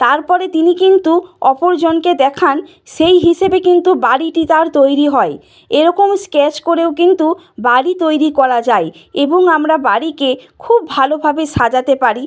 তারপরে তিনি কিন্তু অপরজনকে দেখান সেই হিসেবে কিন্তু বাড়িটি তার তৈরি হয় এরকম স্কেচ করেও কিন্তু বাড়ি তৈরি করা যায় এবং আমরা বাড়িকে খুব ভালোভাবে সাজাতে পারি